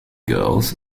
girls